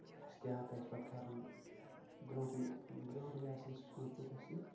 اسہِ کیاہ پزِ پتہٕ کرُن برونٹھے برونہے آسان چھُ سونٛچمُت اسہِ یہِ